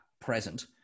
present